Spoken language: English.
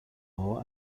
law